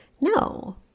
No